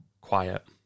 quiet